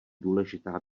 důležitá